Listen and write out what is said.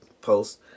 post